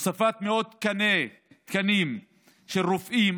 הוספת מאות תקנים של רופאים,